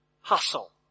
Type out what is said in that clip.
Hustle